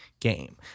game